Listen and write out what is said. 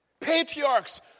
Patriarchs